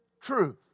truth